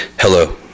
Hello